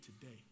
today